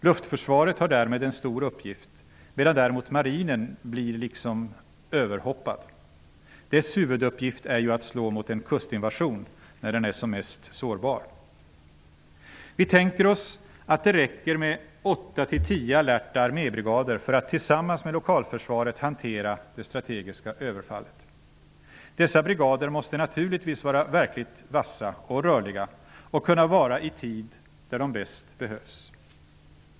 Luftförsvaret har därmed en stor uppgift, medan däremot marinen blir liksom överhoppad. Dess huvuduppgift är ju att slå mot en kustinvasion när den är som mest sårbar. Vi tänker oss att det räcker med 8--10 alerta armébrigader för att tillsammans med lokalförsvaret hantera det strategiska överfallet. Dessa brigader måste naturligtvis vara verkligt vassa och rörliga och kunna vara i tid där de bäst behövs.